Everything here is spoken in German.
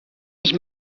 ich